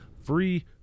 free